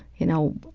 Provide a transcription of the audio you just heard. you know,